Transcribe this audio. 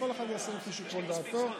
כל אחד יעשה לפי שיקול דעתו.